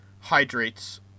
hydrates